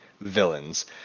villains